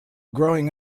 growing